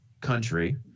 country